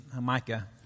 Micah